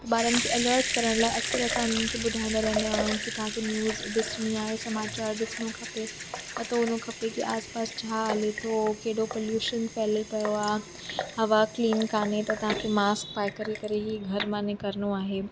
ॿारन खे अलर्ट करण लाए अक्सर असां उनन खे ॿुधाएंदा रैंदा आयूं कि तांखे न्यूज़ ॾिसिणी आए समाचार ॾिसिणो खपे पतो हुणो खपे कि आस पास छा हले तो केड़ो पलयूशन फ़ैलियल पयो आ हवा क्लीन काने त तांखे मास्क पाए करे करे ही घर मां निकरिनो आहे